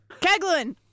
Keglin